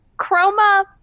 Chroma